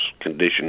condition